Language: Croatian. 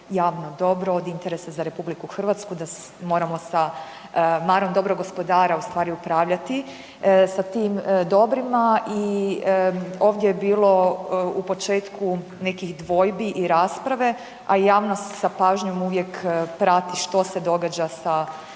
javno dobro, od interesa za RH, da moramo sa marom dobrog gospodara ustvari upravljati sa tim dobrima i ovdje je bilo u početku nekih dvojbi i rasprave, a i javnost sa pažnjom uvijek prati što se događa sa